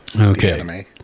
Okay